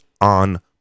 on